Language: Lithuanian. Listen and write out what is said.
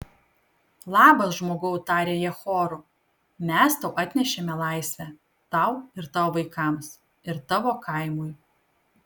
labas žmogau tarė jie choru mes tau atnešėme laisvę tau ir tavo vaikams ir tavo kaimui